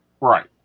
right